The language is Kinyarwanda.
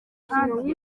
kandi